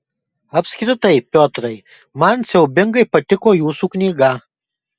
apskritai piotrai man siaubingai patiko jūsų knyga